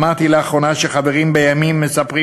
שמעתי לאחרונה שחברים בימין מספרים